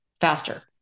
faster